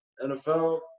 NFL